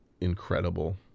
incredible